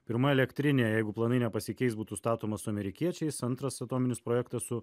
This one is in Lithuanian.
pirma elektrinė jeigu planai nepasikeis būtų statoma su amerikiečiais antras atominis projektas su